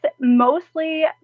mostly